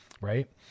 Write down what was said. right